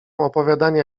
opowiadania